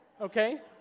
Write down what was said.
okay